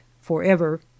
forever